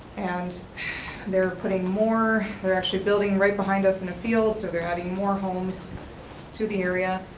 and they're putting more, they're actually building right behind us in a field, so they're adding more homes to the area.